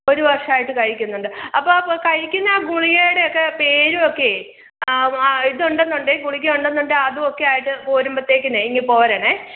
ഒരു വര്ഷമായിട്ട് കഴിക്കുന്നുണ്ട് അപ്പോൾ പ് കഴിക്കുന്ന ആ ഗുളികയുടെ ഒക്കെ പേരും ഒക്കെ ആ ഇത് ഉണ്ടെന്നുണ്ടെങ്കില് ഗുളിക ഉണ്ടെന്നുണ്ടെങ്കില് അതും ഒക്കെ ആയിട്ട് പോരുമ്പോഴത്തേക്കിന് ഇങ്ങ് പോരണേ